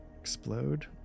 Explode